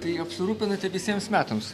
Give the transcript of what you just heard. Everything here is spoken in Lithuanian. tai apsirūpinate visiems metams